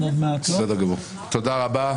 תודה רבה.